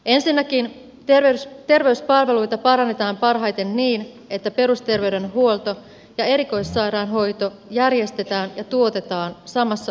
ensinnäkin terveyspalveluita parannetaan parhaiten niin että perusterveydenhuolto ja erikoissairaanhoito järjestetään ja tuotetaan samassa organisaatiossa